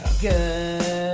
Good